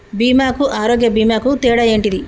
బీమా కు ఆరోగ్య బీమా కు తేడా ఏంటిది?